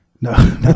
No